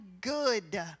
good